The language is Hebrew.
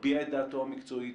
מביע את דעתו המקצועית,